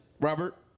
Robert